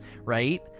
right